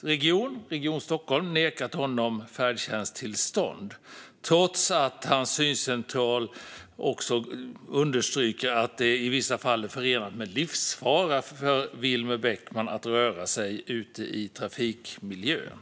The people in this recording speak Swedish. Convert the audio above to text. region, Region Stockholm, nekat honom färdtjänsttillstånd. Detta har man gjort trots att Vilmer Bäckmans syncentral understryker att det i vissa fall är förenat med livsfara för honom att röra sig ute i trafikmiljön.